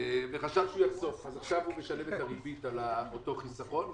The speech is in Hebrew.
עכשיו הוא משלם את הריבית על החיסכון.